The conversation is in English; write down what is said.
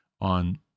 on